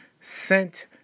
sent